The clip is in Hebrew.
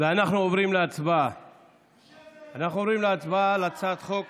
אנחנו עוברים להצבעה על הצעת חוק